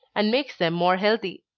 and makes them more healthy.